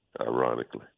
ironically